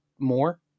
more